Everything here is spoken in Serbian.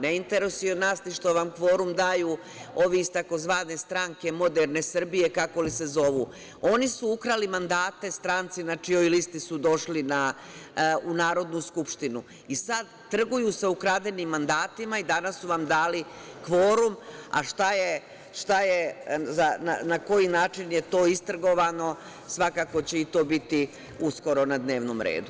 Ne interesuje nas ni što vam kvorum daju ovi iz tzv. SMS, kako li se zovu, oni su ukrali mandate stranci na čijoj listi su došli u Narodnu skupštinu i sad trguju sa ukradenim mandatima i danas su vam dali kvorum, a na koji način je to istrgovano, svakako će i to biti u skoro na dnevnom redu.